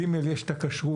ג' יש את הכשרות.